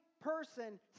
person